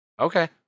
Okay